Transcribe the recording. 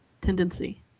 tendency